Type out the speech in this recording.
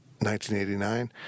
1989